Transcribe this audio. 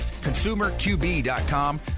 ConsumerQB.com